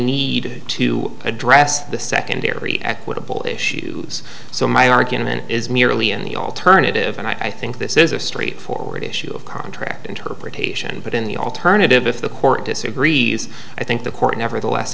need to address the secondary equitable issues so my argument is merely in the alternative and i think this is a straight forward issue of contract interpretation but in the alternative if the court disagrees i think the court nevertheless